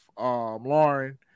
Lauren